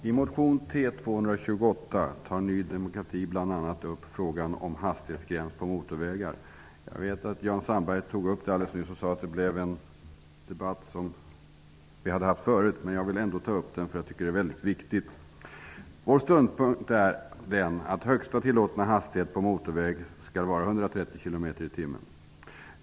Herr talman! I motion TU228 tar Ny demokrati bl.a. upp frågan om hastighetsgräns på motorvägar. Jan Sandberg tog nyss upp frågan och sade att det var en debatt som vi tidigare har fört. Men jag vill ändå ta upp frågan, eftersom jag tycker att den är viktig. Vår ståndpunkt är att högsta tillåtna hastighet på motorväg skall vara 130 km/tim.